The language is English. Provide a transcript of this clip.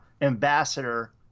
ambassador